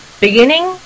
beginning